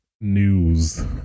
news